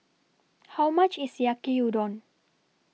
How much IS Yaki Udon